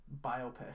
biopic